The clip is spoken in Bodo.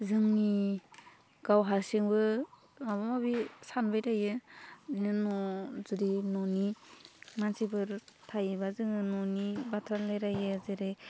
जोंनि गाव हारसिंबो माबा माबि सानबाय थायो बिदिनो न' जुदि न'नि मानसिफोर थायोबा जोङो न'नि बाथ्रा रायज्लायो जेरै